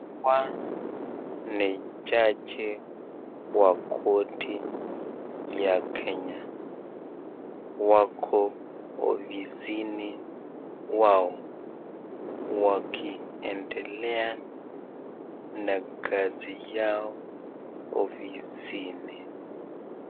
Hawa ni jaji wa korti ya Kenya. Wako ofisi wao wakiendelea na kazi yao ofisini.